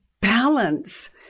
balance